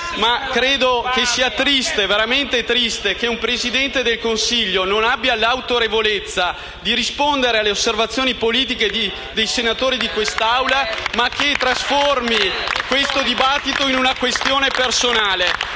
ma credo che sia veramente triste che un Presidente del Consiglio non abbia l'autorevolezza di rispondere alle osservazioni politiche dei senatori di quest'Assemblea, trasformando il dibattito in una questione personale.